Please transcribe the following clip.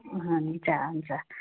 हुन्छ हुन्छ